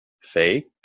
fake